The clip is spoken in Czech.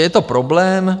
Je to problém.